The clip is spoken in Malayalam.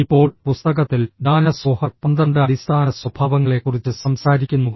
ഇപ്പോൾ പുസ്തകത്തിൽ ദാന സോഹർ 12 അടിസ്ഥാന സ്വഭാവങ്ങളെക്കുറിച്ച് സംസാരിക്കുന്നു